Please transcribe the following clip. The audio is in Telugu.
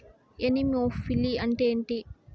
ఎనిమోఫిలి అంటే ఏంటి?